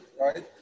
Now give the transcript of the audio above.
right